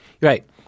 Right